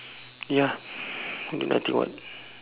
ya doing nothing [what]